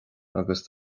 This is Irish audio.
agus